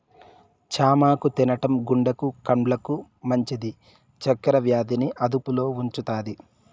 చామాకు తినడం గుండెకు, కండ్లకు మంచిది, చక్కర వ్యాధి ని అదుపులో ఉంచుతాది